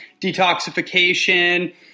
detoxification